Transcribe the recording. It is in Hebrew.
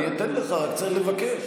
אני אתן לך, רק צריך לבקש.